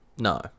no